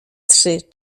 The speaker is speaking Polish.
trzy